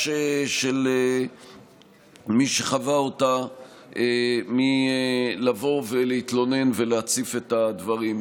של מי שחווה אותה מלבוא ולהתלונן ולהציף את הדברים.